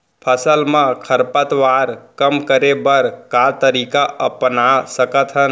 फसल मा खरपतवार कम करे बर का तरीका अपना सकत हन?